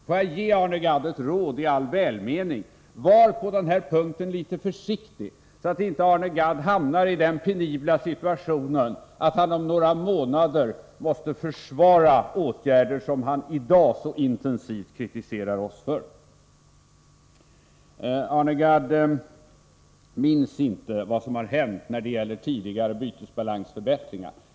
Får jag ge Arne Gadd ett råd i all välmening: Var på denna punkt litet försiktig så att inte Arne Gadd hamnar i den penibla situationen att han om några månader måste försvara åtgärder som han i dag så intensivt kritiserar oss för. Arne Gadd minns inte vad som har hänt när det gäller tidigare bytesbalansförbättringar.